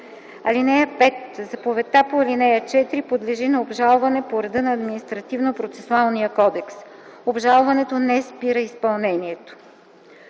(5) Заповедта по ал. 4 подлежи на обжалване по реда на Административнопроцесуалния кодекс. Обжалването не спира изпълнението.”